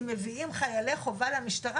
אם מביאים חיילי חובה למשטרה,